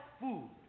food